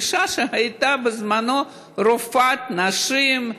אישה שהייתה בזמנו רופאת נשים,